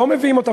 לא מביאים אותם,